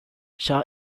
shaw